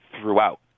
throughout